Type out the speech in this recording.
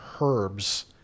herbs